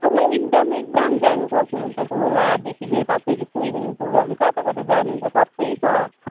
एकदम एकदम जानु सक्नुहुन्छ खोलादेखि लिएर तपाईँहरू स्विमिङ पुलहरू कता कता जानुहुन्छ सप्पै छ